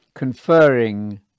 conferring